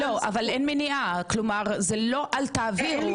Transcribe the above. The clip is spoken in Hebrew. לא, אבל אין מניעה, כלומר זה לא אל תעבירו.